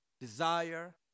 Desire